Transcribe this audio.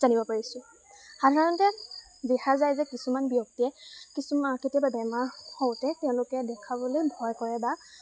জানিব পাৰিছোঁ সাধাৰণতে দেখা যায় যে কিছুমান ব্যক্তিয়ে কিছুমান কেতিয়াবা বেমাৰ হওঁতে তেওঁলোকে দেখাবলৈ ভয় কৰে বা